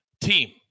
team